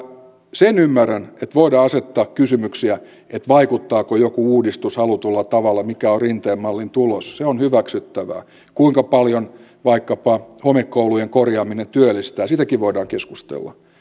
sen ymmärrän että voidaan asettaa kysymyksiä että vaikuttaako joku uudistus halutulla tavalla mikä on rinteen mallin tulos se on hyväksyttävää kuinka paljon vaikkapa homekoulujen korjaaminen työllistää siitäkin voidaan keskustella